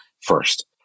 first